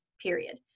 period